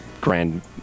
Grand